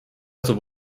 asub